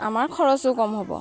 আমাৰ খৰচো কম হ'ব